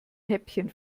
häppchen